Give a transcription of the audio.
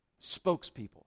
spokespeople